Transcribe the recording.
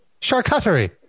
Charcuterie